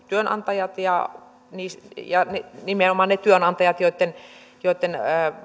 työnantajat ja nimenomaan ne työnantajat joitten joitten